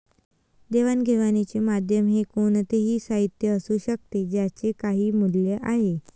देवाणघेवाणीचे माध्यम हे कोणतेही साहित्य असू शकते ज्याचे काही मूल्य आहे